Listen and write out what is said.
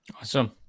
Awesome